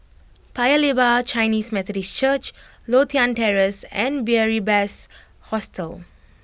Paya Lebar Chinese Methodist Church Lothian Terrace and Beary Best Hostel